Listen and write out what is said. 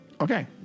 Okay